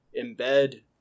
embed